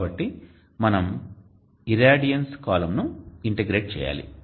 కాబట్టి మనము ఇరాడియన్స్ కాలమ్ను ఇంటిగ్రేట్ చేయాలి